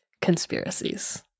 conspiracies